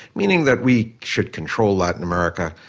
meaning that we should control latin america,